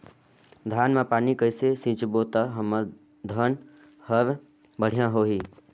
धान मा पानी कइसे सिंचबो ता हमर धन हर बढ़िया होही?